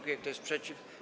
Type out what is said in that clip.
Kto jest przeciw?